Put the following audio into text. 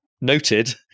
noted